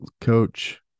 coach